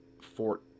Fort